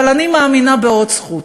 אבל אני מאמינה בעוד זכות,